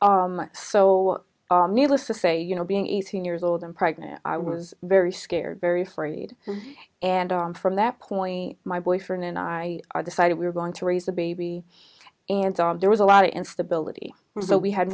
sex so needless to say you know being eighteen years old and pregnant i was very scared very afraid and on from that point my boyfriend and i are decided we are going to raise a baby and there was a lot of instability so we had